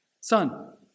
Son